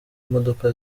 imodoka